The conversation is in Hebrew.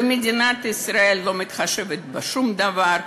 ומדינת ישראל לא מתחשבת בשום דבר.